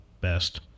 best